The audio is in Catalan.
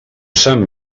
sant